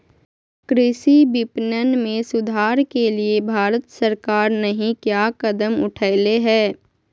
कृषि विपणन में सुधार के लिए भारत सरकार नहीं क्या कदम उठैले हैय?